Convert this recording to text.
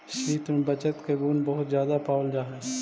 स्त्रि में बचत के गुण बहुत ज्यादा पावल जा हई